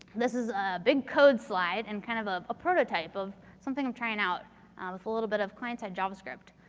this is a big code slide and kind of of a prototype of something i'm trying out with a little bit of client side javascript.